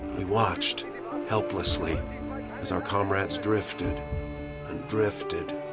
we watched helplessly as our comrades drifted and drifted